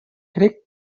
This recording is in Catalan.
crec